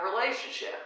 relationship